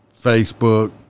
facebook